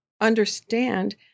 understand